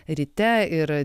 ryte ir